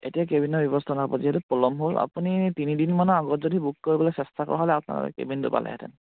এতিয়া কেবিনৰ ব্যৱস্থা নহ'ব যিহেতু পলম হ'ল আপুনি তিনিদিনমানৰ আগত যদি বুক কৰিবলৈ চেষ্টা কৰা হ'লে আপোনালোক কেবিনটো পালেহেঁতেন